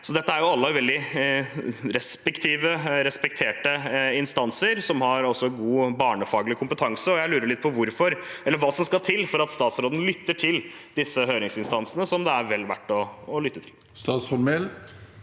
Dette er alle veldig respekterte instanser som også har god barnefaglig kompetanse. Jeg lurer litt på: Hva skal til for at statsråden lytter til disse høringsinstansene, som det er vel verdt å lytte til?